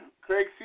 Craig